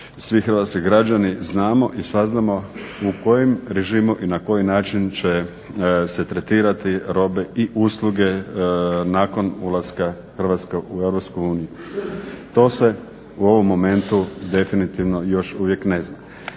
svi hrvatski građani znamo i saznamo u kojem režimu i na koji način će se tretirati robe i usluge nakon ulaska Hrvatske u Europsku uniju. To se u ovom momentu definitivno još uvijek ne zna.